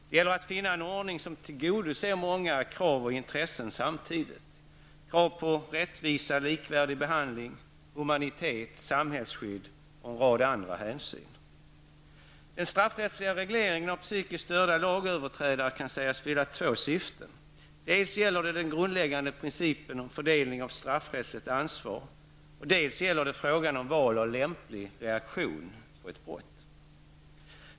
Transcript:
Det gäller att finna en ordning som tillgodoser många krav och intressen samtidigt. Det är krav på rättvisa, likvärdig behandling, humanitet, samhällsskydd och en rad andra hänsyn. Den straffrättsliga regleringen av psykiskt störda lagöverträdare kan sägas fylla två syften. Det gäller dels den grundläggande principen om fördelning av straffrättsligt ansvar, dels frågan om val av lämplig reaktion på ett brott.